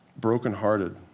brokenhearted